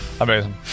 Amazing